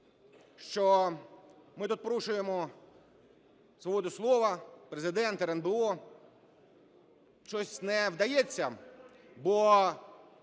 що ми тут порушуємо свободу слова, Президент, РНБО, щось не вдається, бо